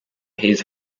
his